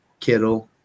Kittle